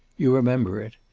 you remember it.